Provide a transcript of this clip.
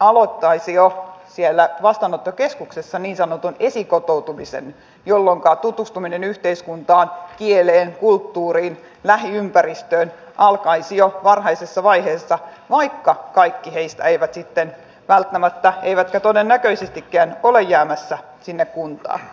aloittaisivat jo siellä vastaanottokeskuksessa niin sanotun esikotoutumisen jolloin tutustuminen yhteiskuntaan kieleen kulttuuriin lähiympäristöön alkaisi jo varhaisessa vaiheessa vaikka kaikki heistä eivät sitten välttämättä eivätkä todennäköisestikään ole jäämässä sinne kuntaan